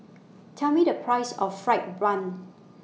Tell Me The Price of Fried Bun